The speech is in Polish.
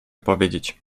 powiedzieć